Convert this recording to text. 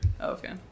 Okay